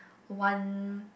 one